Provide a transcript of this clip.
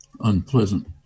unpleasant